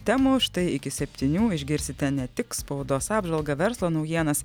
temų štai iki septynių išgirsite ne tik spaudos apžvalgą verslo naujienas